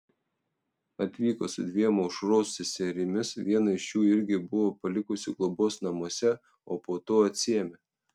atvyko su dviem aušros seserimis vieną iš jų irgi buvo palikusi globos namuose o po to atsiėmė